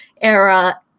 era